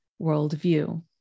worldview